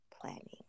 planning